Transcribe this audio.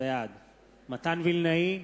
בעד מתן וילנאי,